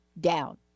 down